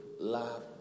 love